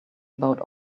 about